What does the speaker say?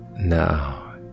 Now